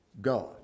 God